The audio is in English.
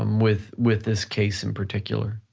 um with with this case, in particular.